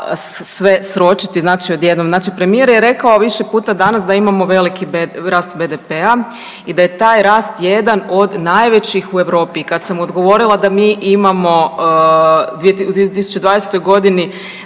sve sročiti znači odjednom. Znači premijer je rekao više puta danas da imamo veliki rast BDP-a i da je taj rast jedan od najvećih u Europi i kad sam mu odgovorila da mi imamo u 2020.g.